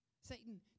Satan